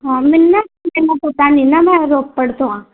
ਹਾਂ ਮੈਨੂੰ ਨਾ ਐਨਾ ਪਤਾ ਨਹੀਂ ਨਾ ਮੈਂ ਰੋਪੜ ਤੋਂ ਹਾਂ